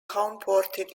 homeported